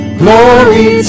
glory